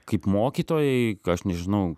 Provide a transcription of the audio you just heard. kaip mokytojai ka aš nežinau